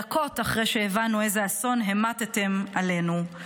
דקות אחרי שהבנו איזה אסון המטתם עלינו,